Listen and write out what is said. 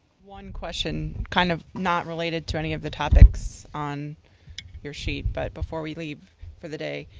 one question kind of not relate ah to any of the topics on your sheet but before we leave for the day,